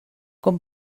com